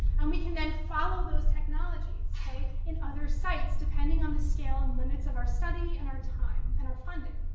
and we can then follow those technologies in other sites, depending on the scale and limits of our study and our time and our funding.